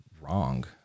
wrong